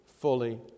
fully